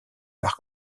par